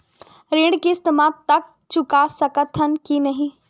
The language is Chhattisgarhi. ऋण किस्त मा तक चुका सकत हन कि नहीं?